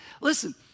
Listen